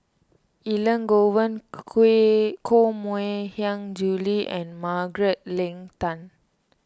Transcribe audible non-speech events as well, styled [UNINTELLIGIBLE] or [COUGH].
Elangovan [UNINTELLIGIBLE] Koh Mui Hiang Julie and Margaret Leng Tan